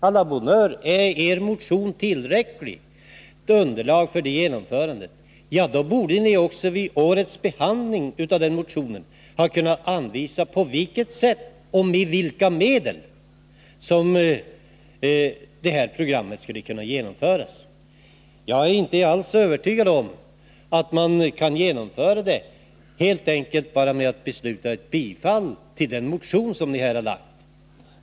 Å la bonne heure — är er motion tillräckligt underlag för det genomförandet, borde ni också vid årets behandling av den motionen ha kunnat anvisa på vilket sätt och med vilka medel detta program skulle kunna genomföras. Jag är inte alls övertygad om att man kan genomföra det helt enkelt genom att besluta om bifall till den motion som ni här har lagt fram.